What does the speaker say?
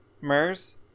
MERS